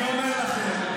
אני אומר לכם,